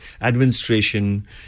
administration